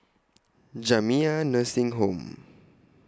Jamiyah Nursing Home